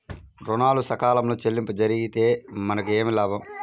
ఋణాలు సకాలంలో చెల్లింపు జరిగితే మనకు ఏమి లాభం?